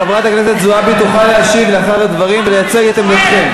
חברת הכנסת זועבי תוכל להשיב אחר הדברים ולייצג את עמדתכם.